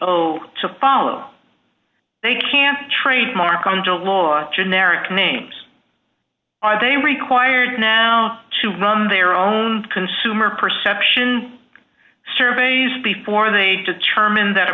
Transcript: o to follow they can trademark under a lot of generic names are they required now to run their own consumer perception surveys before they determine that